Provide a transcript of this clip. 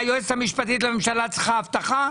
המשפטית לממשלה צריכה אבטחה?